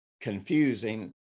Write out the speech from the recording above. confusing